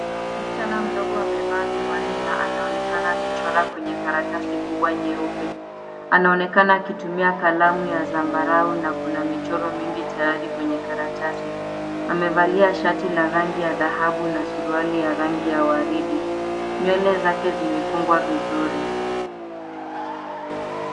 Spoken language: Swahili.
Msichana mdogo amevaa miwani na anaonekana akichora kwenye karatasi kubwa nyeupe anaonekana akitumia kalamu ya sambarau na kuna michoro mingi tayari kwenye karatasi, amevalia shati la rangi ya dhahabu na suruali ya rangi ya waride, nywele zake zimefungwa vizuri.